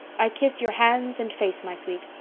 i kiss your hands and face, my sweet.